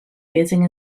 raising